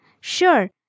Sure